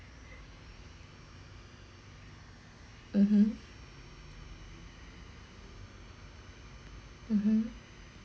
(uh huh) (uh huh)